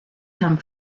come